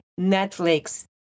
Netflix